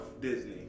Disney